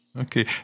Okay